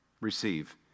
receive